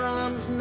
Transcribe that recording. arms